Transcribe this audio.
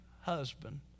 husband